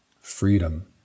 freedom